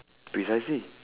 precisely